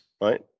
Right